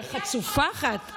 יא חצופה אחת.